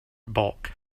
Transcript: bulk